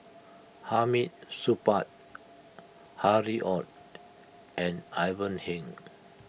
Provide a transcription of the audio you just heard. Hamid Supaat Harry Ord and Ivan Heng